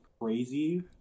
crazy